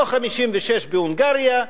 לא 1956 בהונגריה,